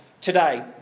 today